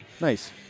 Nice